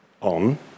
on